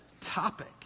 topic